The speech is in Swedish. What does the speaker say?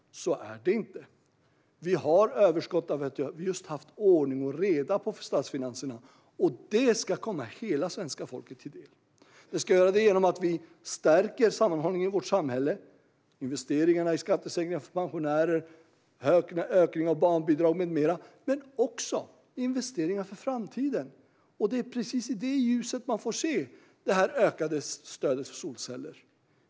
Så är det inte. Det råder överskott, och det är ordning och reda på statsfinanserna. Det ska komma hela svenska folket till del. Vi ska stärka sammanhållningen i vårt samhälle med hjälp av investeringar i skattesänkningar för pensionärer, ökning av barnbidrag med mera samt investeringar för framtiden. Det är i det ljuset man får se det ökade stödet för solceller.